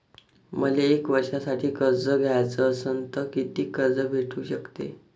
मले एक वर्षासाठी कर्ज घ्याचं असनं त कितीक कर्ज भेटू शकते?